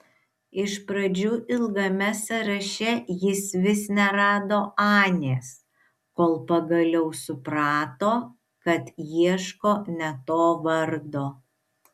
iš pradžių ilgame sąraše jis vis nerado anės kol pagaliau suprato kad ieško ne to vardo